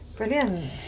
Brilliant